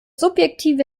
subjektive